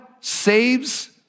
saves